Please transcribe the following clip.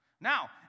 Now